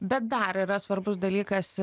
bet dar yra svarbus dalykas